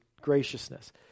graciousness